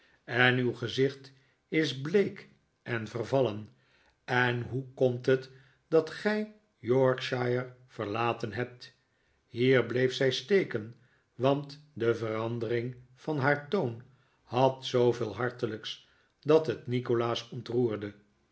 en uw gezicht is bleek en vervallen en hoe komt het dat gij yorkshire verlaten hebt hier bleef zij steken want de verandering van haar toon had zooveel hartelijks dat het nikolaas ontroerde